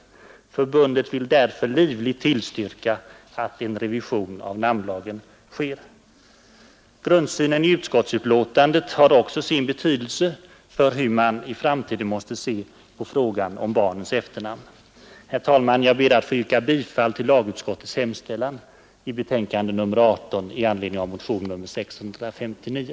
Förbundet vill därför livligt tillstyrka att en revision av namnlagen sker ———.,” Grundsynen i utskottsbetänkandet har också sin betydelse för hur man i framtiden måste se på frågan om barnens efternamn. Herr talman! Jag ber att få yrka bifall till lagutskottets hemställan i betänkandet 18 i anledning av motionen nr 659.